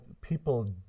people